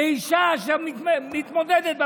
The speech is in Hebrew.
לאישה שמתמודדת בבחירות.